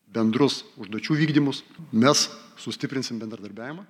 bendrus užduočių vykdymus mes sustiprinsim bendradarbiavimą